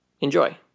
Enjoy